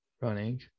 Running